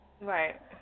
Right